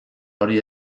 hori